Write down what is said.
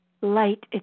light